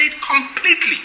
completely